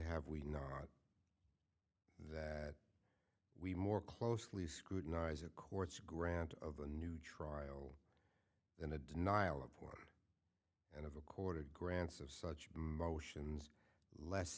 have we not that we more closely scrutinized the courts grant of a new trial than a denial of one and of a quarter grants of such motions less